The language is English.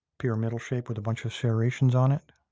pyramidal shape with a bunch of serrations on it.